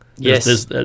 Yes